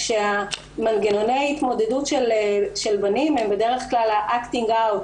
כשמנגנוני ההתמודדות של בנים הם בדרך כלל ה-אקטינג-אאוט,